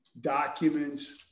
documents